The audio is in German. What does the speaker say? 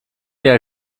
der